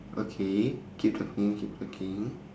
okay keep talking keep talking